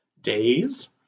days